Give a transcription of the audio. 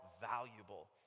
valuable